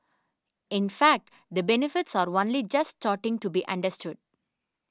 in fact the benefits are only just starting to be understood